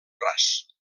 ras